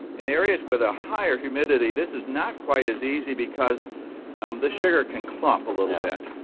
in areas with a higher humidity this is not quite as easy because um the sugar can clump a little bit